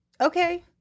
Okay